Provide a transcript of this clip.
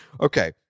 Okay